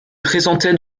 présentait